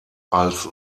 als